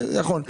נכון,